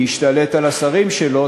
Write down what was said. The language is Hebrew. להשתלט על השרים שלו.